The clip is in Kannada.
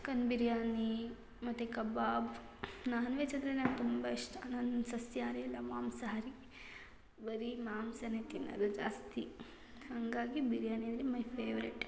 ಚಿಕನ್ ಬಿರ್ಯಾನಿ ಮತ್ತು ಕಬಾಬ್ ನಾನ್ ವೆಜ್ ಅಂದರೆ ನಂಗೆ ತುಂಬ ಇಷ್ಟ ನಾನು ಸಸ್ಯಾಹಾರಿ ಅಲ್ಲ ಮಾಂಸಾಹಾರಿ ಬರೀ ಮಾಂಸನೇ ತಿನ್ನೋದು ಜಾಸ್ತಿ ಹಾಗಾಗಿ ಬಿರ್ಯಾನಿ ಅಂದರೆ ಮೈ ಫೇವ್ರೆಟ್